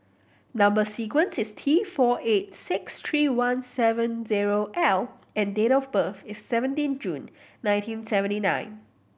number sequence is T four eight six three one seven zero L and date of birth is seventeen June nineteen seventy nine